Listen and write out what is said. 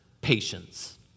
patience